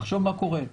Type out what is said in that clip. תחשוב מה קורה.